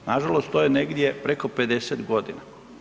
Na žalost to je negdje preko 50 godina.